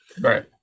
Right